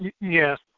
Yes